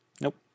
Nope